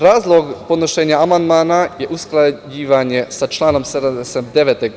Razlog podnošenja amandmana je usklađivanje sa članom 79.